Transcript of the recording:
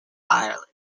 ireland